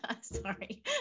Sorry